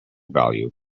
value